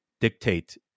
dictate